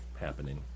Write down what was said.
happening